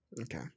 Okay